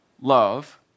love